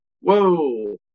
whoa